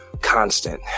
constant